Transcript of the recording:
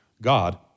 God